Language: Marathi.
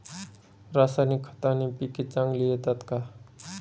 रासायनिक खताने पिके चांगली येतात का?